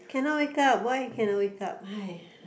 cannot wake up why I cannot wake up !haiya!